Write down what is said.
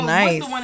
nice